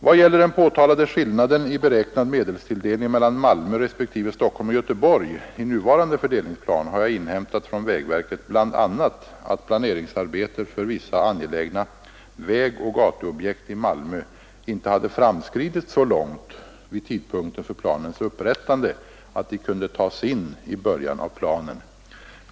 Vad gäller den påtalade skillnaden i beräknad medelstilldelning mellan Malmö respektive Stockholm och Göteborg i nuvarande fördelningsplan har jag inhämtat från vägverket bl.a. att planeringsarbetet för vissa angelägna vägoch gatuobjekt i Malmö inte hade framskridit så långt vid tidpunkten för planens upprättande att de kunde tas in i början av planen.